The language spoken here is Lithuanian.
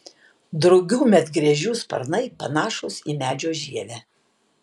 drugių medgręžių sparnai panašūs į medžio žievę